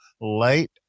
late